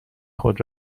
خود